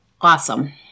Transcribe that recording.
Awesome